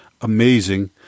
amazing